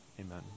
Amen